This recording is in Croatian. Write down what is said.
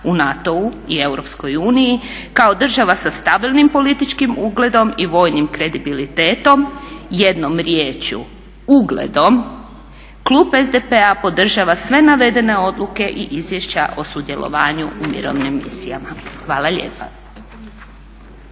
u NATO-u i EU kao država sa stabilnim političkim ugledom i vojnim kredibilitetom, jednom riječju ugledom. Klub SDP-a podržava sve navedene odluke i izvješća o sudjelovanju u mirovnim misijama. Hvala lijepa.